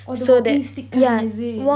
oh the walking stick kind is it